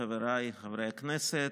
חבריי חברי הכנסת,